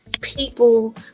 people